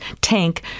tank